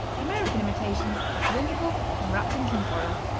the american imitations are cylindrical and wrapped in tin foil.